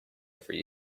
every